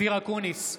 אופיר אקוניס,